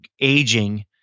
aging